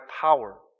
power